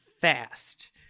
fast